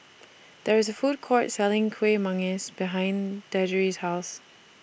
There IS A Food Court Selling Kuih Manggis behind Deirdre's House